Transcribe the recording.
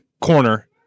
corner